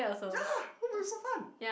ya it was so fun